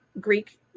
Greek